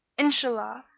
inshallah!